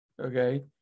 okay